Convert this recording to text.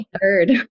third